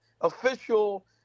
official